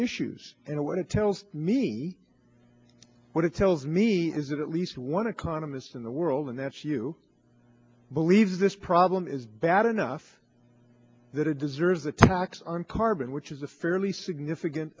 issues and what it tells me what it tells me is that at least one economist in the world and that's you believe this problem is bad enough that it deserves a tax on carbon which is a fairly significant